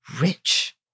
rich